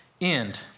end